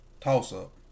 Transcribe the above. toss-up